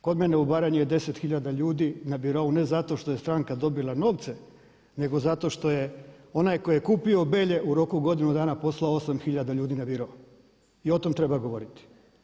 Kod mene u Baranji je 10 hiljada ljudi na birou ne zato što je stranka dobila novce, nego zato što je onaj tko je kupio Belje u roku od godinu dana poslao 8 hiljada ljudi na biro i o tom treba govoriti.